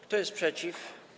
Kto jest przeciw?